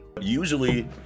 usually